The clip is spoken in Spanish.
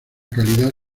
calidad